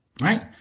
Right